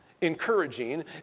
encouraging